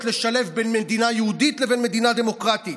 לשלב בין מדינה יהודית לבין מדינה דמוקרטית.